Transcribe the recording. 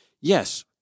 yes